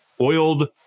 oiled